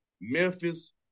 Memphis